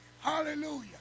Hallelujah